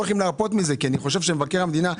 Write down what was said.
הולכים להרפות מזה כי אני חושב שמבקר המדינה,